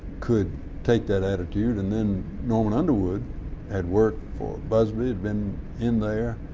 could take that attitude and then norman underwood had worked for busbee, had been in there.